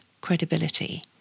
credibility